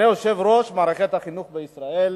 אדוני היושב-ראש, מערכת החינוך בישראל,